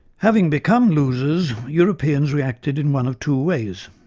having become losers, europeans reacted in one of two ways.